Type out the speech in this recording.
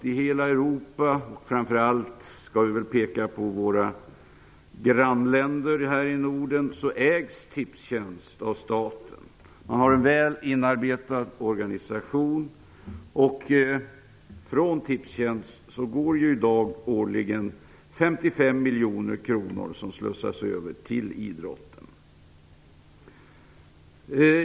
I hela Europa, framför allt skall vi väl peka på våra grannländer här i Norden, ägs tipstjänsten av staten. Man har en väl inarbetad organisation. Från Tipstjänst slussas årligen 55 miljoner kronor över till idrotten.